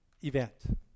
event